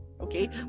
Okay